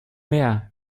mehr